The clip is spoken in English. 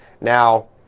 Now